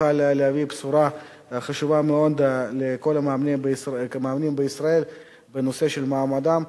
נוכל להביא בשורה חשובה מאוד לכל המאמנים בישראל בנושא של מעמדם.